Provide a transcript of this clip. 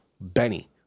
Benny